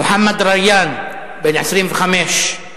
מוחמד ריאן, בן 25,